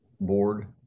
board